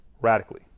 radically